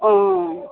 অঁ